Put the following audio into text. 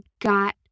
got